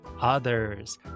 others